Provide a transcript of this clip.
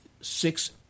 six